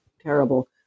terrible